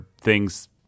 thing's